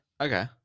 okay